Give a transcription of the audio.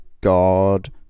god